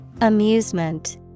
Amusement